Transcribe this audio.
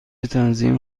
تنظیم